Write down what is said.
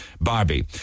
Barbie